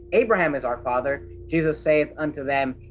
abraham is our father. jesus saith unto them,